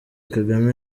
kagame